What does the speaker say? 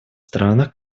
странах